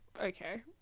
okay